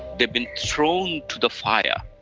they'd been thrown to the fire.